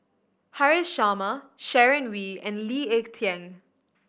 Haresh Sharma Sharon Wee and Lee Ek Tieng